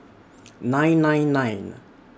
nine nine nine